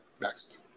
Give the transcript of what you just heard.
Next